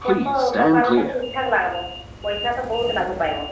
ଆପଣଙ୍କ ବେପାର ତ ଠିକ ଠାକ୍ ଲାଗବ ପଇସା ତ ବହୁତ ଲାଭ ପାଇବ